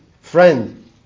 friend